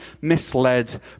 misled